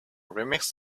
remix